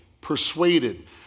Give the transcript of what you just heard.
persuaded